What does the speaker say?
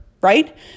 right